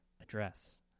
address